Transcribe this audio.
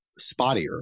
spottier